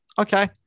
Okay